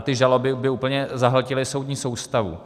Ty žaloby by úplně zahltily soudní soustavu.